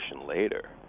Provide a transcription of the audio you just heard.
later